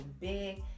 big